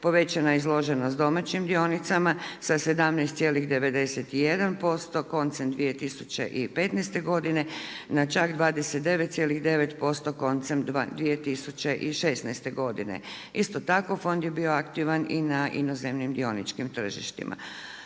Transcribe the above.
povećana je izloženost domaćim dionicama sa 17,91% koncem 2015. godine na čak 29,9% koncem 2016. godine. Isto tako fond je bio aktivan i na inozemnim dioničkim tržištima.